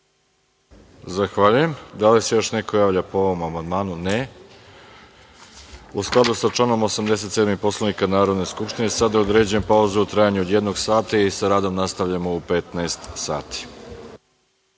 Zahvaljujem. Da li se još neko javlja po ovom amandmanu? (Ne)U skladu sa članom 87. Poslovnika Narodne skupštine, određujem pauzu u trajanju od jednog sata. Sa radom nastavljamo u 15.00